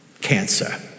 Cancer